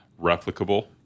replicable